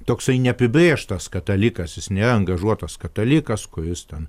toksai neapibrėžtas katalikas jis nėra angažuotas katalikas kuris ten